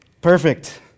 Perfect